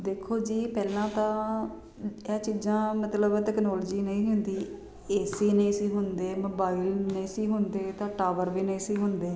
ਦੇਖੋ ਜੀ ਪਹਿਲਾਂ ਤਾਂ ਇਹ ਚੀਜ਼ਾਂ ਮਤਲਬ ਤਕਨੋਲਜੀ ਨਹੀ ਹੁੰਦੀ ਏਸੀ ਨਹੀਂ ਸੀ ਹੁੰਦੇ ਮੋਬਾਇਲ ਨਹੀਂ ਸੀ ਹੁੰਦੇ ਤਾਂ ਟਾਵਰ ਵੀ ਨਹੀਂ ਸੀ ਹੁੰਦੇ